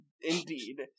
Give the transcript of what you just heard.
indeed